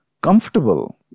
comfortable